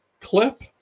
clip